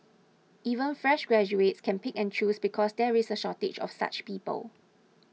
even fresh graduates can pick and choose because there is a shortage of such people